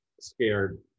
scared